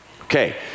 Okay